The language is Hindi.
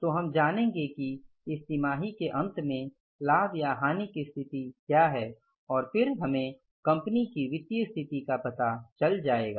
तो हम जानेंगे कि इस तिमाही के अंत में लाभ या हानि की स्थिति क्या है और फिर हमें कंपनी की वित्तीय स्थिति का पता चल जाएगा